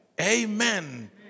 Amen